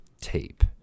tape